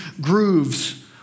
grooves